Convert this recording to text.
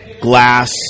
glass